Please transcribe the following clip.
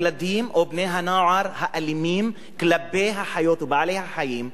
בני-הנוער האלימים כלפי החיות ובעלי-החיים,